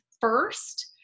first